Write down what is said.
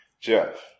Jeff